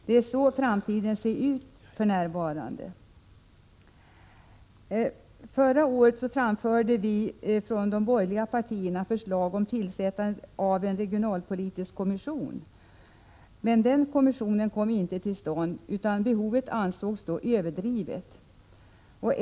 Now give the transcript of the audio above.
Det är så framtiden ser ut för närvarande. Förra året framförde vi från de borgerliga partierna förslag om tillsättande av en regionalpolitisk kommission. Men den kommissionen kom inte till stånd; behovet ansågs överdrivet.